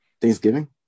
thanksgiving